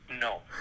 No